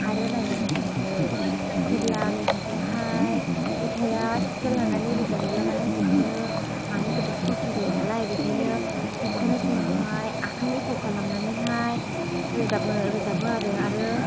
आरो नायनो मोजां मोनो जेब्ला मेथाइखौहाय मेथाइया स्केल लानानै रोजाबोब्ला माने हखोनो मानो जोबोर खष्ट' जायो नालाय बेखायनो हखोनाय समावहाय आखाइनि फाव खालामनानैहाय रोजाबनो रोजाबो आरो